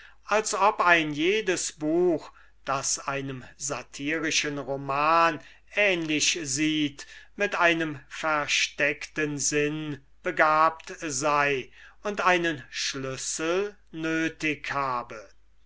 als ob ein jedes buch das einem satyrischen roman ähnlich sieht mit einem versteckten sinn begabt sei und also einen schlüssel nötig habe